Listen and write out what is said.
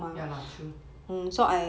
ya lah true